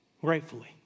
gratefully